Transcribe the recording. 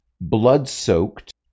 Blood-soaked